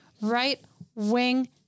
right-wing